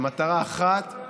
במטרה אחת: